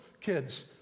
kids